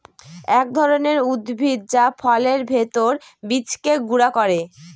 এক ধরনের উদ্ভিদ যা ফলের ভেতর বীজকে গুঁড়া করে